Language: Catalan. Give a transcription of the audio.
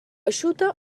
eixuta